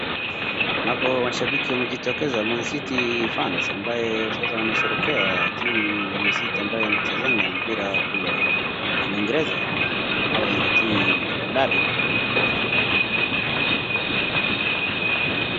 Hapo mashabiki wamejitokeza Man City fans ambaye sasa wanasherehekea timu ya Man City ambayo inachezanga mpira kule Uingereza ambayo ni timu hodari.